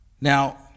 Now